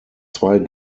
zwei